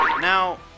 Now